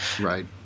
right